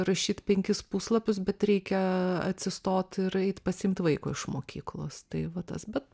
rašyt penkis puslapius bet reikia atsistot ir eit pasiimt vaiko iš mokyklos tai va tas bet